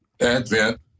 advent